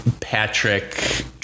Patrick